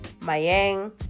mayang